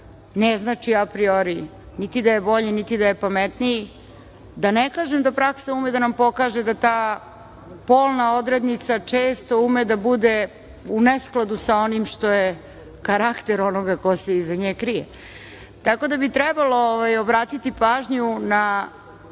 ne znači apriori niti da je bolji, niti da je pametniji, da ne kažem da praksa ume da nam pokaže da ta polna odrednica često ume da bude u neskladu sa onim što je karakter onoga ko se iza nje krije. Tako da bi trebalo obratiti pažnju na